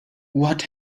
what